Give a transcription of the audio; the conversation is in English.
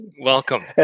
Welcome